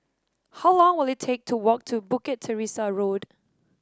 how long will it take to walk to Bukit Teresa Road